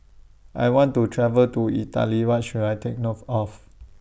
I want to travel to Italy What should I Take note of